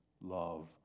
love